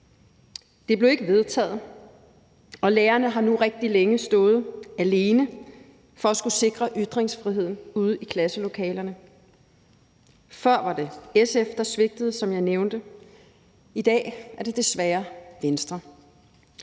Det blev ikke vedtaget, og lærerne har nu rigtig længe stået alene for at skulle sikre ytringsfriheden ude i klasselokalerne. Før var det, som jeg nævnte, SF, der svigtede, i dag er det desværre Venstre.